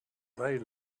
they